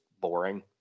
boring